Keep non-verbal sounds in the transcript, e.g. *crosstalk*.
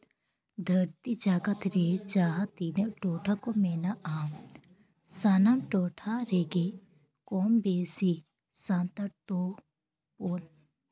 ᱫᱷᱟᱹᱨᱛᱤ ᱡᱟᱠᱟᱛ ᱨᱮ ᱡᱟᱦᱟᱸ ᱛᱤᱱᱟᱹᱜ ᱴᱚᱴᱷᱟ ᱠᱚ ᱢᱮᱱᱟᱜᱼᱟ ᱥᱟᱱᱟᱢ ᱴᱚᱴᱷᱟ ᱨᱮᱜᱮ ᱠᱚᱢ ᱵᱮᱥᱤ ᱥᱟᱱᱛᱟᱲ ᱫᱚ *unintelligible*